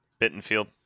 Bittenfield